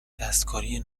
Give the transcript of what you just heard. دستکاری